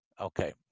Okay